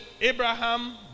Abraham